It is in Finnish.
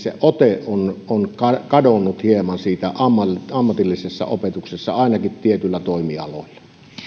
ote on on hieman kadonnut ammatillisessa opetuksessa ainakin tietyillä toimialoilla